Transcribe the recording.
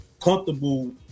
comfortable